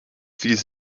these